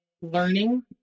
learning